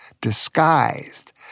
disguised